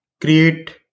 create